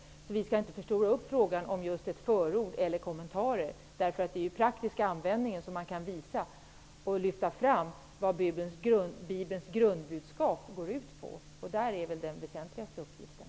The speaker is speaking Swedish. Vi skall inte förstora frågan om just ett förord eller kommentarer. Det är i den praktiska användningen man kan visa och lyfta fram vad Bibelns grundbudskap går ut på, och det är den väsentligaste uppgiften.